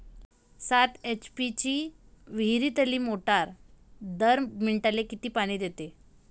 सात एच.पी ची विहिरीतली मोटार दर मिनटाले किती पानी देते?